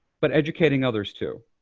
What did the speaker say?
but educating others too.